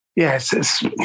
Yes